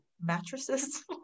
mattresses